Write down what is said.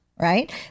Right